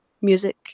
music